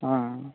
हाँ